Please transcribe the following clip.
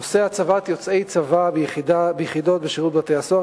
נושא הצבת יוצאי צבא ביחידות שירות בתי-הסוהר